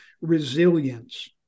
resilience